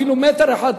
אפילו מטר אחד,